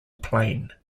plane